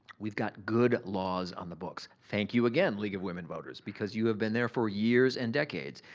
we've got good at laws on the books. thank you again league of women voters because you have been there for years and decades,